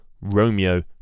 Romeo